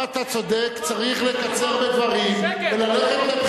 אם אתה צודק, צריך לקצר בדברים, זה לא נכון.